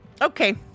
Okay